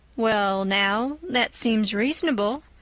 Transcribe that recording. well now, that seems reasonable,